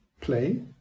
play